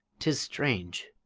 tis strange.